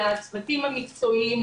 לצוותים המקצועיים,